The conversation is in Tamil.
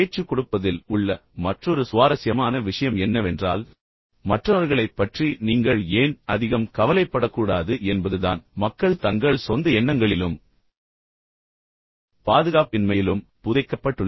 பேச்சு கொடுப்பதில் உள்ள மற்றொரு சுவாரஸ்யமான விஷயம் என்னவென்றால் மற்றவர்களைப் பற்றி நீங்கள் ஏன் அதிகம் கவலைப்படக்கூடாது என்பதுதான் மக்கள் தங்கள் சொந்த எண்ணங்களிலும் பாதுகாப்பின்மையிலும் புதைக்கப்பட்டுள்ளனர்